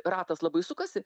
ratas labai sukasi